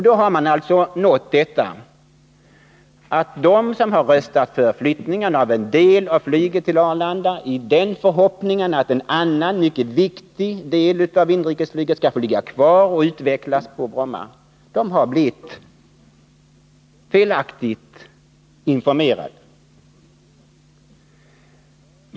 Då har vi alltså uppnått detta att de som har röstat för flyttning av en del av flyget till Arlanda i förhoppning om att en annan, mycket viktig del av inrikesflyget skall få ligga kvar och utvecklas på Bromma kommer att få se dessa förhoppningar grusade.